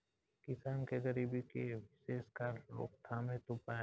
किसान के गरीबी के विशेष कारण रोकथाम हेतु उपाय?